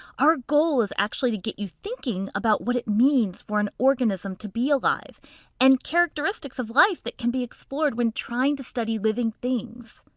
our goal is actually to get you thinking about what it means for an organism to be alive and characteristics of life that can be explored when trying to study living things.